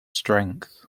strength